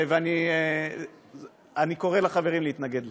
אני קורא לחברים להתנגד לה.